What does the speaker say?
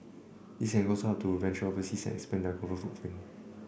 this can also help them venture overseas and expand their global footprint